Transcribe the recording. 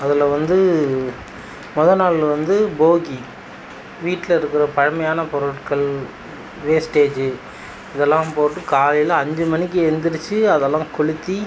அதில் வந்து மொதல் நாள் வந்து போகி வீட்டில் இருக்கிற பழமையான பொருட்கள் வேஸ்ட்டேஜு இதெல்லாம் போட்டு காலையில் அஞ்சு மணிக்கு எழுந்திரிச்சி அதெல்லாம் கொளுத்தி